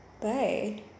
Bye